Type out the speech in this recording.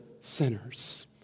sinners